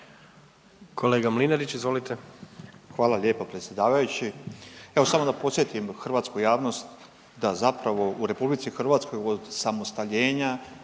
**Mlinarić, Stipo (DP)** Hvala lijepa predsjedavajući. Evo samo da podsjetim hrvatsku javnost da zapravo u Republici Hrvatskoj od osamostaljenja